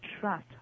trust